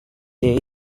day